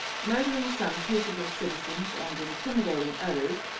murdering some peaceable citizens and intimidating others,